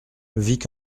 vic